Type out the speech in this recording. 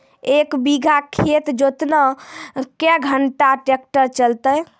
एक बीघा खेत जोतना क्या घंटा ट्रैक्टर चलते?